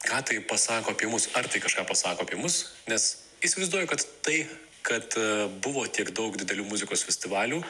ką tai pasako apie mus ar tai kažką pasako apie mus nes įsivaizduoju kad tai kad buvo tiek daug didelių muzikos festivalių